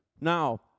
Now